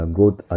Growth